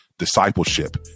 discipleship